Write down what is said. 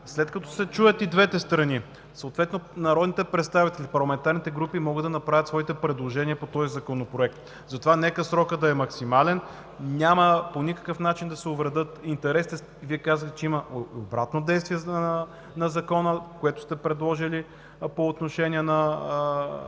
След като се чуят и двете страни, съответно народните представители, парламентарните групи, могат да направят своите предложения по този законопроект. Затова нека срокът да е максимален, няма по никакъв начин да се увредят интересите, Вие казахте, че има обратно действие на Закона, което сте предложили по отношение на